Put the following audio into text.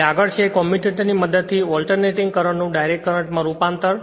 હવે આગળ છે કોમ્યુટેટર ની મદદથી ઓલ્ટેર્નેટિંગ કરંટ નું ડાઇરેક્ટ કરંટ માં રૂપાંતર